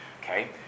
Okay